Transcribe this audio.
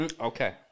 Okay